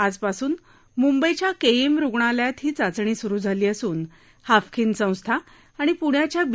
आजपासून मुंबईच्या केईएम रुग्णालयात ही चाचणी सुरू झाली असून हाफकिन संस्था आणि पुण्याच्या बी